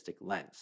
lens